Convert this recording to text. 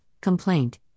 Complaint